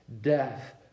death